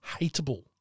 hateable